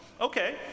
Okay